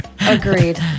agreed